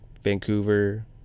Vancouver